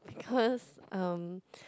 because um